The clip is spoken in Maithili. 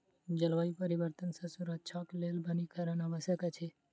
जलवायु परिवर्तन सॅ सुरक्षाक लेल वनीकरणक आवश्यकता अछि